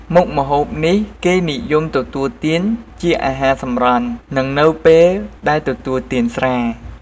មុខម្ហូបនេះគេពេញនិយមទទួលទានជាអាហារសម្រន់ និងនៅពេលដែលទទួលទានស្រា។